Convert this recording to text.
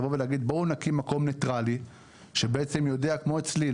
להקים מקום ניטרלי שכמו אצלי,